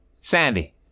Sandy